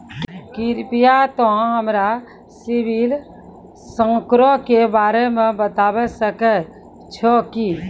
कृपया तोंय हमरा सिविल स्कोरो के बारे मे बताबै सकै छहो कि?